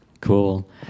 Cool